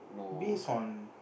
base on